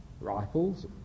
rifles